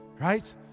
Right